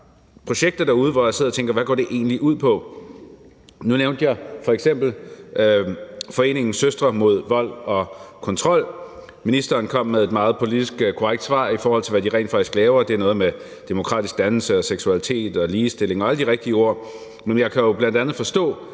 derude, hvor jeg sidder og tænker, hvad det egentlig går ud på. Nu nævnte jeg f.eks. foreningen Søstre mod vold og kontrol. Ministeren kom med et meget politisk korrekt svar, i forhold til hvad de rent faktisk laver, og det er noget med demokratisk dannelse, seksualitet og ligestilling og alle de rigtige ord. Men jeg kan jo bl.a. forstå,